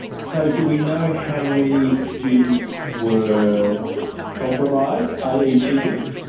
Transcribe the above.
so do we know how many students were compromised, i. e. cheating?